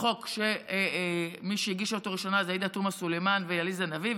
חוק שמי שהגישו אותו ראשונות היו עאידה תומא סלימאן ועליזה לביא,